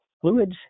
fluids